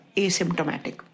asymptomatic